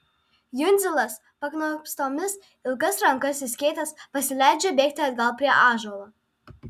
jundzilas paknopstomis ilgas rankas išskėtęs pasileidžia bėgti atgal prie ąžuolo